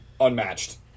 Unmatched